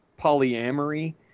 polyamory